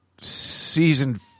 season